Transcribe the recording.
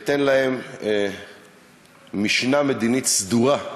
אתן להם משנה מדינית סדורה.